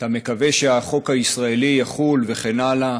שאתה מקווה שהחוק הישראלי יחול וכן הלאה,